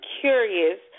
curious